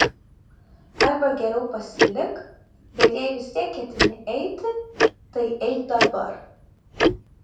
arba geriau pasilik bet jei vis tiek ketini eiti tai eik dabar